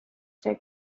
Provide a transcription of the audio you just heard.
stay